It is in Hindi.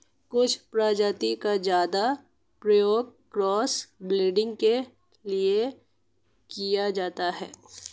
कुछ प्रजाति का ज्यादा प्रयोग क्रॉस ब्रीडिंग के लिए किया जाता है